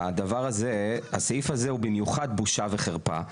הדבר הזה, הסעיף הזה הוא במיוחד בושה וחרפה.